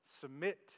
Submit